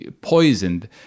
poisoned